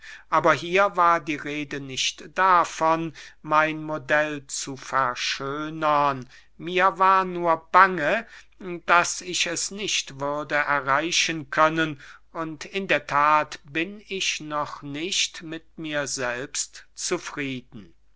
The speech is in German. aber hier war die rede nicht davon mein modell zu verschönern mir war nur bange daß ich es nicht würde erreichen können und in der that bin ich noch nicht mit mir selbst zufrieden